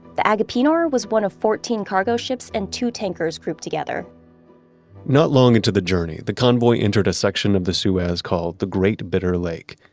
the agapenor was one of fourteen cargo ships and two tankers grouped together not long into the journey the convoy intersection of the suez called the great bitter lake.